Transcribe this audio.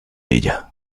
ella